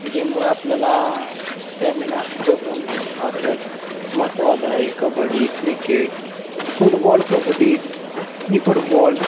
गेममुळे आपल्याला stamina develop होणं हा खेळ महत्त्वाचा आहे कबड्डी क्रिकेट फुटबॉल कबड्डी ही फुटबॉल